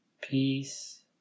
peace